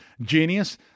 Genius